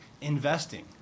investing